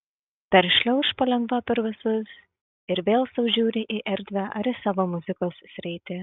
peršliauš palengva per visus ir vėl sau žiūri į erdvę ar į savo muzikos sritį